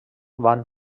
van